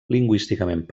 lingüísticament